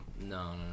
No